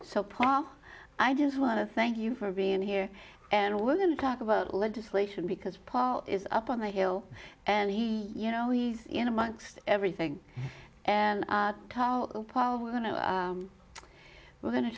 so paul i just want to thank you for being here and we're going to talk about legislation because paul is up on the hill and he you know he's in amongst everything and we're go